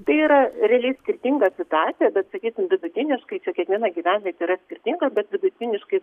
tai yra realiai skirtinga situacija bet sakysim vidutiniškai čia kiekviena gyvenvietė yra skirtinga bet vidutiniškai